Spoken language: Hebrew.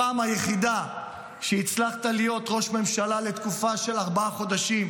הפעם היחידה שהצלחת להיות ראש ממשלה לתקופה של ארבעה חודשים,